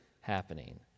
happening